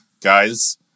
Guys